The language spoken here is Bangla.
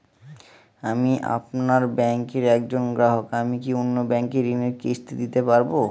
আমি আপনার ব্যাঙ্কের একজন গ্রাহক আমি কি অন্য ব্যাঙ্কে ঋণের কিস্তি দিতে পারবো?